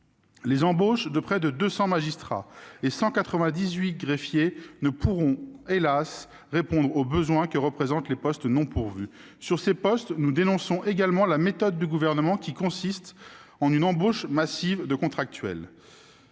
Les embauches de près de 200 magistrats et 198 greffiers ne pourront, hélas, répondre aux besoins que représentent les postes non pourvus. Sur ces postes, nous dénonçons également la méthode du Gouvernement consistant en une embauche massive de contractuels.